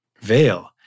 veil